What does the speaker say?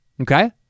Okay